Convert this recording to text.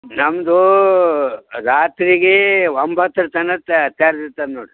ನಮ್ಮದು ರಾತ್ರಿಗೆ ಒಂಬತ್ತರ ತನಕ ತೆರ್ದಿರ್ತದೆ ನೋಡಿರಿ